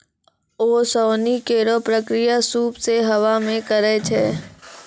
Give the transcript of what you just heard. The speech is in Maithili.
ओसौनी केरो प्रक्रिया सूप सें हवा मे करै छै